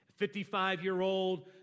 55-year-old